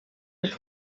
les